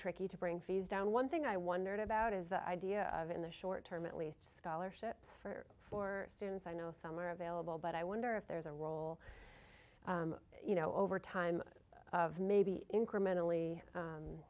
tricky to bring fees down one thing i wondered about is the idea of in the short term at least scholarships for for students i know some are available but i wonder if there's a role you know over time of maybe incrementally